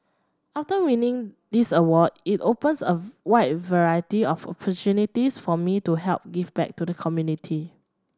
after winning this award it opens a wide variety of opportunities for me to help give back to the community